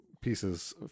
pieces